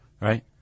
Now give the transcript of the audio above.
Right